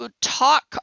talk